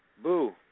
Boo